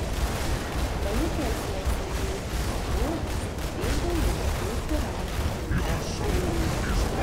palikęs ją sėdėti ant lovos nubėgau ieškoti rankšluosčių